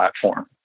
platform